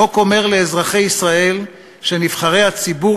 החוק אומר לאזרחי ישראל שנבחרי הציבור